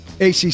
ACC